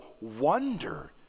wonder